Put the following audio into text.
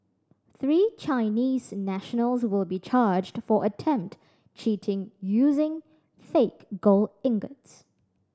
three Chinese nationals will be charged for attempted cheating using fake gold ingots